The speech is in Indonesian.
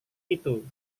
itu